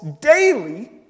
daily